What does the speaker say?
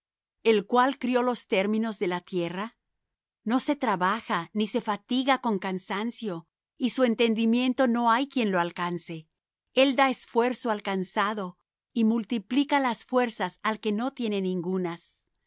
el cual crió los términos de la tierra no se trabaja ni se fatiga con cansancio y su entendimiento no hay quien lo alcance el da esfuerzo al cansado y multiplica las fuerzas al que no tiene ningunas